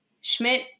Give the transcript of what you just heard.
Schmidt